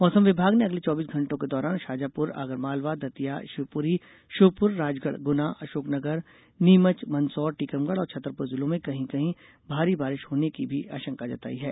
मौसम विभाग ने अगले चौबीस घंटों के दौरान शाजापुर आगरमालवा दतिया शिवपुरी श्योपुर राजगढ़ गुना अशोकनगर नीमच मंदसौर टीकमगढ़ और छतरपुर जिलों में कहीं कहीं भारी बारिश होने की भी आशंका जताई है